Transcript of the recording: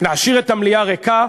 להשאיר את המליאה ריקה,